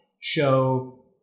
show